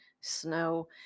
Snow